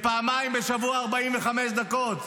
לפעמיים בשבוע, 45 דקות.